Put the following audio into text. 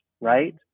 right